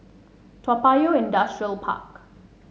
Toa Payoh Industrial Park